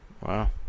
Wow